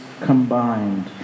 combined